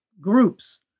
groups